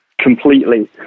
completely